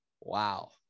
Wow